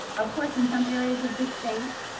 of course, in some areas of the state,